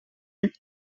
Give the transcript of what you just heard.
élu